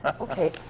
Okay